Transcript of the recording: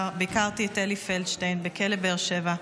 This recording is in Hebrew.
ביקרתי את אלי פלדשטיין בכלא באר שבע.